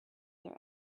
their